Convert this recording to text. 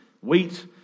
wheat